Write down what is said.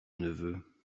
neveu